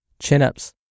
chin-ups